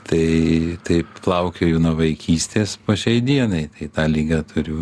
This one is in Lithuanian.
tai taip plaukioju nuo vaikystės po šiai dienai tai tą ligą turiu